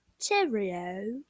cheerio